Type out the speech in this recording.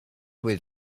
with